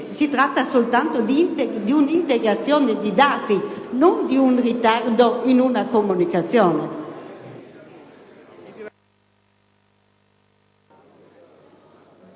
si parla soltanto di un'integrazione di dati e non già di un ritardo in una comunicazione.